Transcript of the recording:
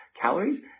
calories